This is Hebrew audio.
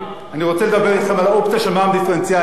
אני רוצה לדבר אתכם על אופציה של מע"מ דיפרנציאלי.